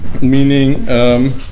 Meaning